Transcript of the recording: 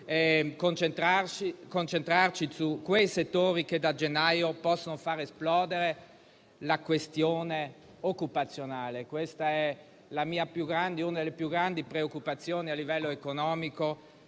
e concentrarci su quei settori che, da gennaio, possono far esplodere la questione occupazionale. È una delle più grandi preoccupazioni a livello economico,